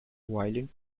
violent